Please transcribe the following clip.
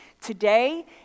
today